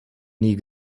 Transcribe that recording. nie